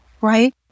right